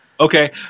Okay